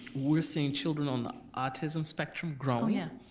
we're seeing children on the autism spectrum groan yeah